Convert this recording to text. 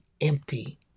empty